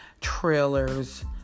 trailers